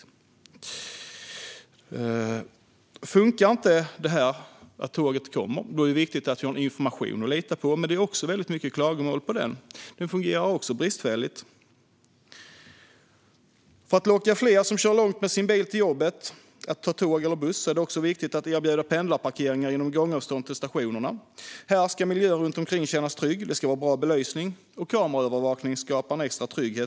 Om detta inte funkar och tågen inte kommer är det viktigt att ha information som man kan lita på, men det är mycket klagomål på att också detta fungerar bristfälligt. För att locka fler som kör långt med sin bil till jobbet att ta tåg eller buss är det viktigt att erbjuda pendelparkeringar inom gångavstånd till stationerna. Miljön runt omkring ska kännas trygg, och det ska vara bra belysning och kameraövervakning som skapar en extra trygghet.